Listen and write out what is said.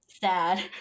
sad